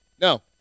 No